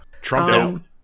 Trump